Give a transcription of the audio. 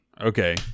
Okay